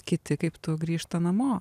kiti kaip tu grįžta namo